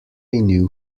new